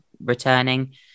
returning